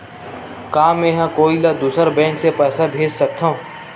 का मेंहा कोई ला दूसर बैंक से पैसा भेज सकथव?